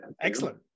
excellent